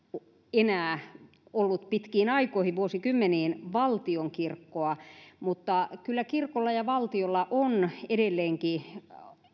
enää ollut pitkiin aikoihin vuosikymmeniin valtionkirkkoa mutta kyllä kirkolla ja valtiolla on edelleenkin